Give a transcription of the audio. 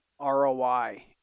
ROI